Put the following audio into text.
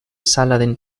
saladin